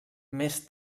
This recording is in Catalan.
més